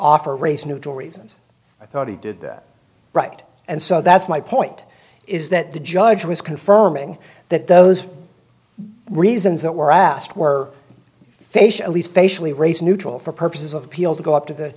offer race neutral reasons i thought he did that right and so that's my point is that the judge was confirming that those reasons that were asked were facia least facially race neutral for purposes of appeal to go up to the